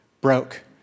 broke